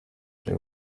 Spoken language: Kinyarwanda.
uyu